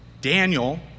Daniel